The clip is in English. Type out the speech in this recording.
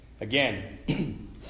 Again